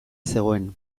zegoen